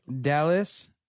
Dallas